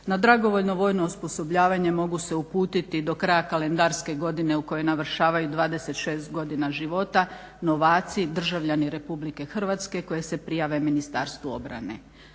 Na dragovoljno vojno osposobljavanje mogu se uputiti do kraja kalendarske godine u kojoj navršavaju 26 godina života novaci državljani RH koji se prijave Ministarstvu obrane.